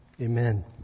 Amen